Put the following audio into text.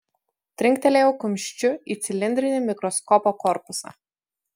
trinktelėjau kumščiu į cilindrinį mikroskopo korpusą